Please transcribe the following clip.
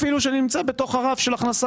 אפילו אם אני נמצא בתוך הרף של הכנסה